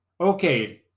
Okay